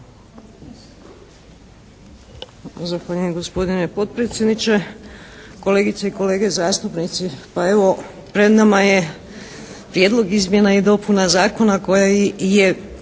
Zahvaljujem gospodine potpredsjedniče, kolegice i kolege zastupnici. Pa evo, pred nama je prijedlog izmjena i dopuna zakona koji je